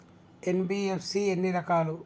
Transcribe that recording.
NBFC ఎన్ని రకాలు?